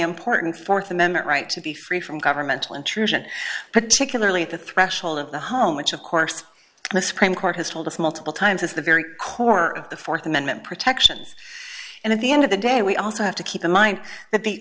important th amendment right to be free from governmental intrusion particularly at the threshold of the home which of course the supreme court has told us multiple times is the very core of the th amendment protections and at the end of the day we also have to keep in mind that the